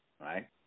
right